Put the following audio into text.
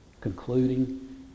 concluding